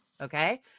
okay